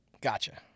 Gotcha